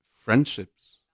friendships